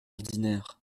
ordinaire